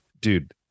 dude